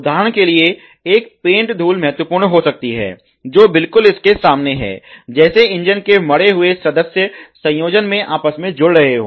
उदाहरण के लिए एक पेंट धूल महत्वपूर्ण हो सकती है जो बिलकुल इसके समान है जैसे इंजन के मढ़े हुए सदस्य संयोजन में आपस मे जुड़ रहे हों